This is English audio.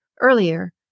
Earlier